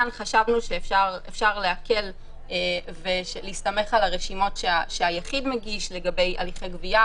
כאן חשבנו שאפשר להקל ולהסתמך על הרשימות שהיחיד מגיש לגבי הליכי גבייה.